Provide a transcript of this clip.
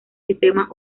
sistema